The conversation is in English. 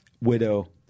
Widow